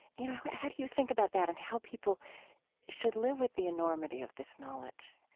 you know, how do you think about that and how people should live with the enormity of this knowledge?